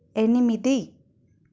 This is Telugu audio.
ఎనిమిది